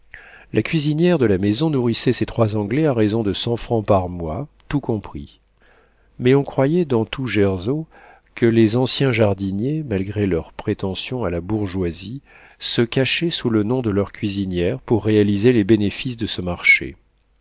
la cuisinière de la maison nourrissait ces trois anglais à raison de cent francs par mois tout compris mais on croyait dans tout gersau que les anciens jardiniers malgré leurs prétentions à la bourgeoisie se cachaient sous le nom de leur cuisinière pour réaliser les bénéfices de ce marché